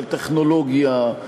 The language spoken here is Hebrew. של טכנולוגיה,